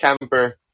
camper